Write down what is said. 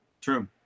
True